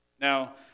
Now